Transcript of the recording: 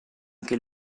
anche